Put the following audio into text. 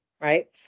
right